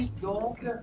donc